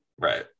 Right